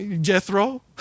Jethro